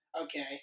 okay